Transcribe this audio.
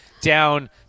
Down